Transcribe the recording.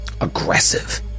aggressive